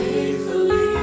Faithfully